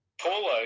Paulo